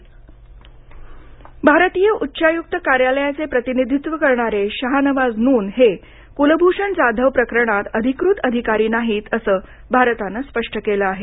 Kulbhushan case भारतीय उच्चायुक्त कार्यालयाचे प्रतिनिधित्व करणारे शाहनवाज नून हे कुलभूषण जाधव प्रकरणात अधिकृत अधिकारी नाहीत असे भारताने स्पष्ट केले आहे